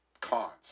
cons